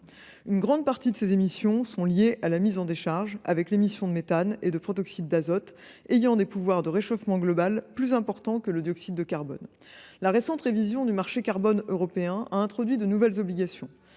Une grande partie de ces émissions sont liées à la mise en décharge, le méthane et le protoxyde d’azote ayant des pouvoirs de réchauffement global plus importants que le dioxyde de carbone. La récente révision du marché carbone européen a introduit de nouvelles obligations.